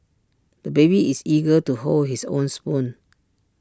the baby is eager to hold his own spoon